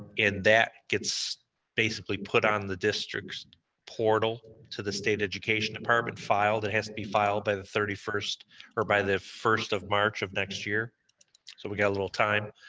and that gets basically put on the district's portal to the state education department, it has to be filed by the thirty first or by the first of march of next year so we got a little time.